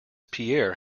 pierre